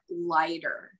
lighter